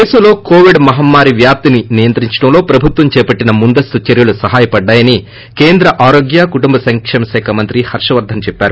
దేశంలో కొవిడ్ మహమ్మారి వ్యాప్తిని నియంత్రించడంలో ప్రభుత్వం చేపట్లిన ముందస్తు చర్యలు సహాయపడ్లాయని కేంద్ర ఆరోగ్య కుటుంబ సంకేమ శాఖ మంత్రి హర్షవర్షన్ చెప్పారు